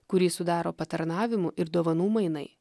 kurį sudaro patarnavimų ir dovanų mainai